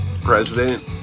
president